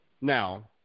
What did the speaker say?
now